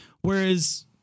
Whereas